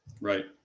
Right